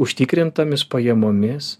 užtikrintomis pajamomis